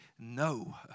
no